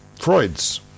Freud's